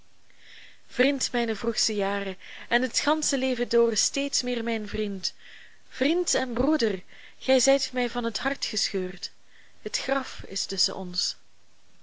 vriend mijner vroegste jaren en het gansche leven door steeds meer mijn vriend vriend en broeder gij zijt mij van het hart gescheurd het graf is tusschen ons